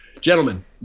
Gentlemen